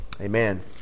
Amen